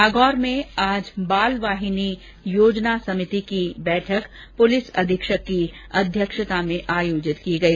नागौर में आज बाल वाहिनी योजना समिति की बैठक पुलिस अधीक्षक की अध्यक्षता में आयोजित की गई